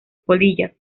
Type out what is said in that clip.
polillas